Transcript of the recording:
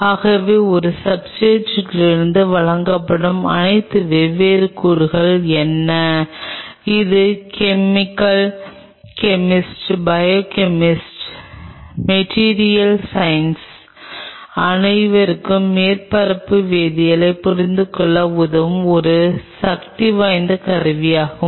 ஆகவே ஒரு சப்ஸ்ர்டேட்லிருந்து வழங்கப்படும் அனைத்து வெவ்வேறு கூறுகளும் என்ன இது கெமிஸ்ட் பையோகெமிஸ்ட் மேட்டிரியல் சயின்டிஸ்ட் அனைவருக்கும் மேற்பரப்பு வேதியியலைப் புரிந்துகொள்ள உதவும் ஒரு சக்திவாய்ந்த கருவியாகும்